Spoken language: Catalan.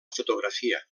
fotografia